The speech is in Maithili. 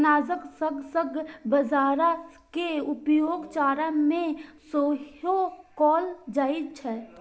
अनाजक संग संग बाजारा के उपयोग चारा मे सेहो कैल जाइ छै